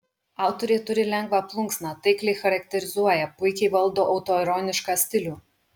autorė turi lengvą plunksną taikliai charakterizuoja puikiai valdo autoironišką stilių